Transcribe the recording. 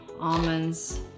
almonds